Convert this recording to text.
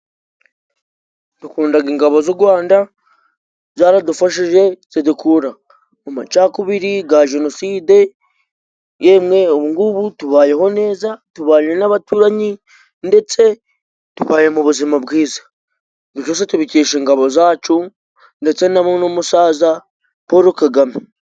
Dukundaga ingabo z'u Gwanda zaradufashije zidukura mu macakubiri ga jenoside yemwee ubungubu tubayeho neza tubanye n'abaturanyi ndetse tubaye mu buzima bwiza. Ibyo byose tubikesha ingabo zacu ndetse n'umuno musaza Polo kagame.